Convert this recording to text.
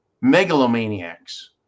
megalomaniacs